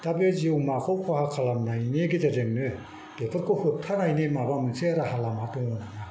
दा बे जिउमाखौ खहा खालामनायनि गेजेरजोंनो बेफोरखौ होब्थानायनि माबा मोनसे राहा लामा दं नामा